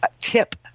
tip